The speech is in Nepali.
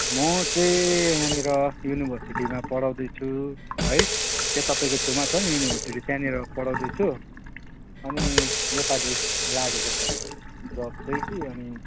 म चाहिँ यहाँनिर युनिभर्सिटीमा पढाउँदैछु है त्यहाँ तपाईँको छेउमा छ नि युनिभर्सिटी त्यहाँनिर पढाउँदैछु अनि यो पालि लागेको छ र जब चाहिँ कि अनि